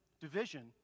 division